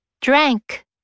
drank